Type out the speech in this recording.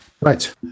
Right